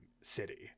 city